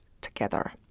together